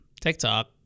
tiktok